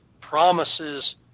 promises